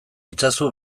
itzazu